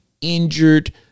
injured